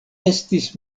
estis